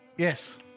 Yes